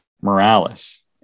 Morales